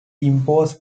impose